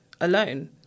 alone